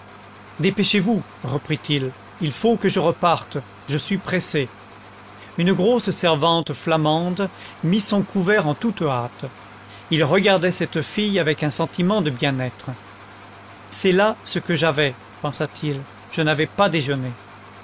dépêchez-vous reprit-il il faut que je reparte je suis pressé une grosse servante flamande mit son couvert en toute hâte il regardait cette fille avec un sentiment de bien-être c'est là ce que j'avais pensa-t-il je n'avais pas déjeuné